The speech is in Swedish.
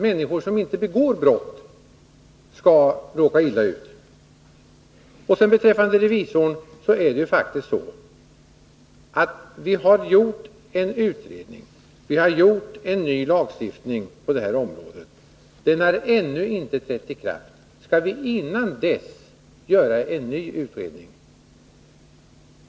Människor som inte begår brott skall inte behöva råka illa ut. Beträffande revisorerna har vi faktiskt gjort en utredning, och vi har en ny lagstiftning på detta område. Den har ännu inte trätt i kraft. Skall vi då göra en ny utredning?